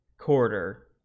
quarter